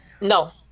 No